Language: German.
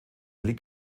liegt